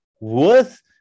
worth